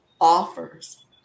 offers